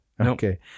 Okay